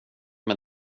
mig